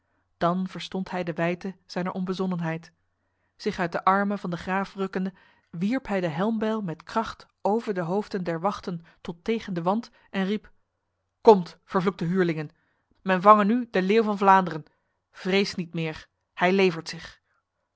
dan verstond hij de wijdte zijner onbezonnenheid zich uit de armen van de graaf rukkende wierp hij de helmbijl met kracht over de hoofden der wachten tot tegen de wand en riep komt vervloekte huurlingen men vange nu de leeuw van vlaanderen vreest niet meer hij levert zich